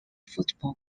football